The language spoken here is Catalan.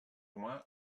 humà